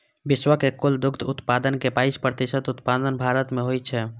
विश्व के कुल दुग्ध उत्पादन के बाइस प्रतिशत उत्पादन भारत मे होइ छै